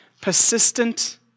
persistent